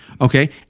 Okay